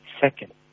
Second